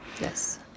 Yes